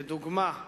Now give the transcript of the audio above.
לדוגמה,